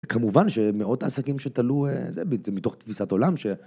כמובן שמאות העסקים שתלו, זה בעצם מתוך תפיסת עולם ש..